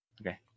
Okay